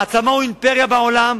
מעצמה או אימפריה בעולם,